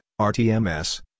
RTMS